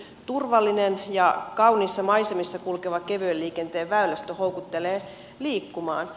turvallinen ja kauniissa maisemissa kulkeva kevyen liikenteen väylästö houkuttelee liikkumaan